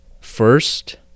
first